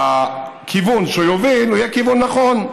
שהכיוון שהוא יוביל יהיה כיוון נכון.